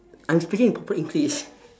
I'm speaking in proper english